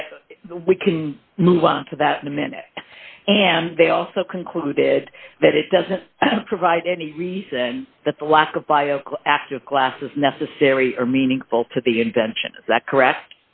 get we can move on to that in a minute and they also concluded that it doesn't provide any reason that the lack of bio active class is necessary or meaningful to the invention that correct